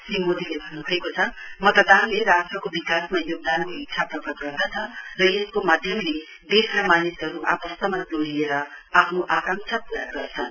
श्री मोदीले भन्नभएको छ मतदानले राष्टको विकासमा योगदानको इच्छा प्रकट गर्दछ र यसको माध्यमले देशका मानिसहरु आपस्वमा जोडिएर आफ्नो आकांक्षा पूरा गर्छन्